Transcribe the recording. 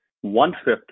one-fifth